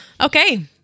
Okay